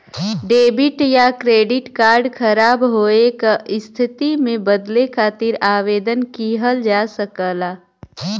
debit या credit card ख़राब होये क स्थिति में बदले खातिर आवेदन किहल जा सकला